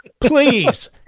please